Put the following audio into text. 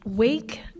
wake